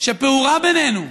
שפעורה בינינו.